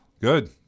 Good